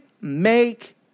make